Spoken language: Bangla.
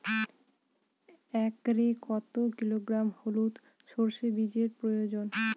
একরে কত কিলোগ্রাম হলুদ সরষে বীজের প্রয়োজন?